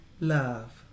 love